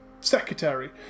secretary